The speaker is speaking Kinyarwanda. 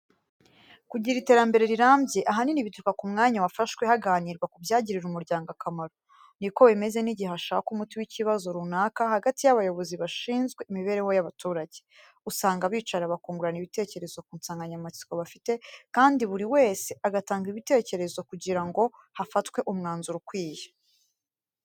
Kugira iterambere rirambye ahanini bituruka ku mwanya wafashwe haganirwa ku byagirira umuryango akamaro. Ni ko bimeze n'igihe hashakwa umuti w'ikibazo runaka hagati y'abayobozi bashinzwe imibereho y'abaturage. Usanga bicara bakungurana ibitekerezo ku nsanganyamatsiko bafite kandi buri wese agatanga ibitekerezo kugira ngo hafatwe umwanzuro ukwiye.